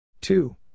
two